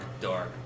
dark